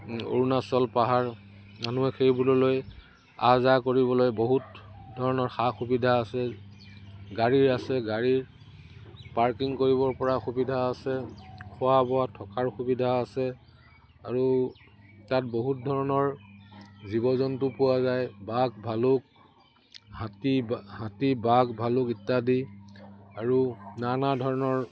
অৰুণাচল পাহাৰ মানুহে সেইবোৰলৈ আহ যাহ কৰিবলৈ বহুত ধৰণৰ সা সুবিধা আছে গাড়ীৰ আছে গাড়ীৰ পাৰ্কিং কৰিবৰ পৰা সুবিধা আছে খোৱা বোৱা থকাৰ সুবিধা আছে আৰু তাত বহুত ধৰণৰ জীৱ জন্তু পোৱা যায় বাঘ ভালুক হাতী হাতী বাঘ ভালুক ইত্যাদি আৰু নানা ধৰণৰ